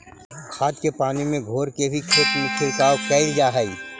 खाद के पानी में घोर के भी खेत में छिड़काव कयल जा हई